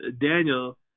Daniel